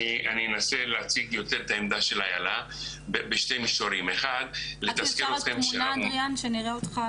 אין אף יחידה שיש לה מספר שהיא יכולה להתגאות בו,